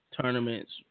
tournaments